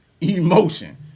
emotion